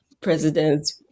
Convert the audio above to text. president